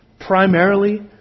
Primarily